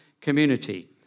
community